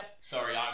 Sorry